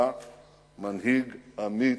אתה מנהיג אמיץ,